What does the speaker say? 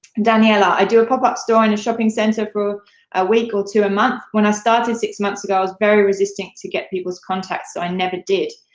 daniela, i do a pop up store in a shopping center for a week or two a month. when i started six months ago, i was very resistant to get people's contacts, so i never did,